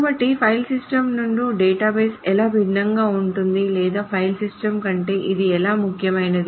కాబట్టి file system నుండి database ఎలా భిన్నంగా ఉంటుంది లేదా ఫైల్ సిస్టమ్ కంటే ఇది ఎలా ముఖ్యమైనది